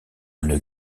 une